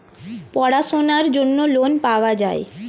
পড়াশোনার জন্য লোন পাওয়া যায়